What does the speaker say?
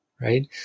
Right